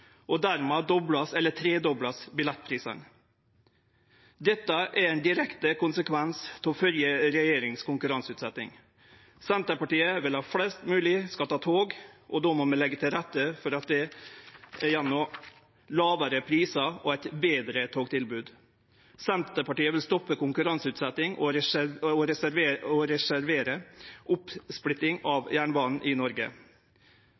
og dermed vert billettprisane dobla eller tredobla. Dette er ein direkte konsekvens av konkurranseutsetjinga til den førre regjeringa. Senterpartiet vil at flest mogleg skal ta tog, og då må vi leggje til rette for det gjennom lågare prisar og eit betre togtilbod. Senterpartiet vil stoppe konkurranseutsetjinga og reversere oppsplitting av jernbana i Noreg. Det vil gje eit betre og billigare togtilbod til alle passasjerar i